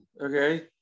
okay